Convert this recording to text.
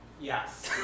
Yes